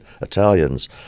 Italians